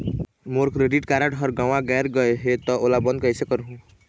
मोर debit card हर गंवा गैर गए हे त ओला बंद कइसे करहूं?